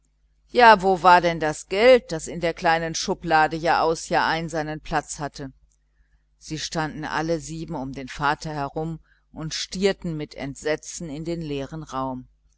denn ja wo war denn das geld das in der kleinen schublade jahraus jahrein seinen platz hatte sie standen zu acht herum der vater mit allen sieben mit entsetzten blicken stierten sie alle in den leeren raum